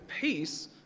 peace